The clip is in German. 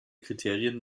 kriterien